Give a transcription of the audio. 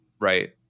right